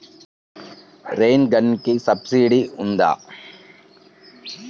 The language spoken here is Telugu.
రైన్ గన్కి సబ్సిడీ ఉందా?